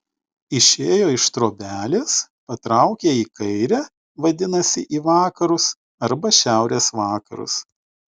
išėjo iš trobelės patraukė į kairę vadinasi į vakarus arba šiaurės vakarus